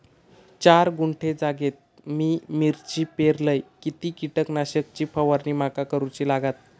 चार गुंठे जागेत मी मिरची पेरलय किती कीटक नाशक ची फवारणी माका करूची लागात?